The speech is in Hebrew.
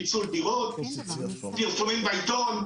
פרסומים בעיתון,